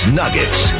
nuggets